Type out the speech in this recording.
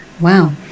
Wow